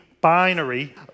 binary